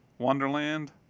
wonderland